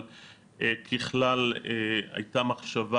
אבל ככלל הייתה מחשבה,